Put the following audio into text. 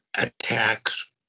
attacks